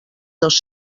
dos